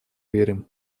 верим